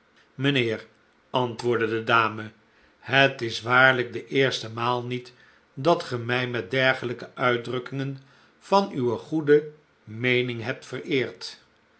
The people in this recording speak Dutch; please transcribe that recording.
mijnheer antwoordde de dame het is waarlijk de eerste maal niet dat ge mij met dergelijke uitdrukkingen van uwe goede meening hebt vereerd